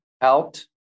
out